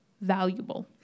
valuable